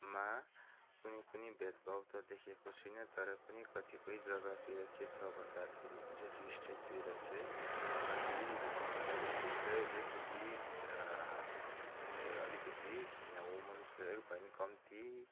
मा कुनै कुनै भेदभाव त देखेको छुइनँ तर पनि कतिपय जग्गातिर के छ भन्दाखेरि चाहिँ टिस्टेटतिर चाहिँ कति वेजेसहरू चाहिँ अलिकति अलिकति वुमन्सले अलिक भए पनि कम्ती